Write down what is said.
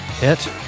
Hit